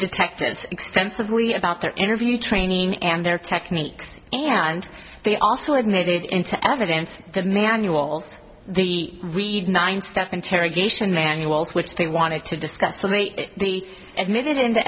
detectives extensively about their interview training and their techniques and they also admitted into evidence the manuals the read nine step interrogation manuals which they wanted to discuss the admitted